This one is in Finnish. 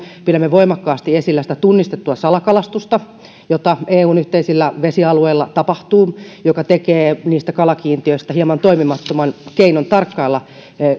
pidämme voimakkaasti esillä tunnistettua salakalastusta jota eun yhteisillä vesialueilla tapahtuu ja joka tekee niistä kalakiintiöistä hieman toimimattoman keinon tarkkailla